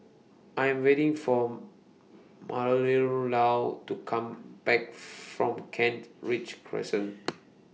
I Am waiting For Marilou to Come Back from Kent Ridge Crescent